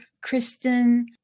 Kristen